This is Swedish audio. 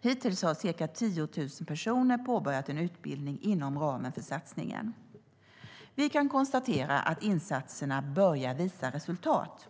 Hittills har ca 10 000 personer påbörjat en utbildning inom ramen för satsningen. Vi kan konstatera att insatserna börjar visa resultat.